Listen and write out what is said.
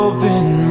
Open